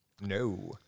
No